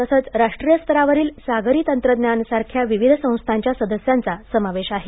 तसंच राष्ट्रीय स्तरावरील सागरी तंत्रज्ञानसारख्या विविध संस्थांच्या सदस्याचा समावेश आहे